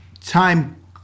time